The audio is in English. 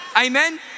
Amen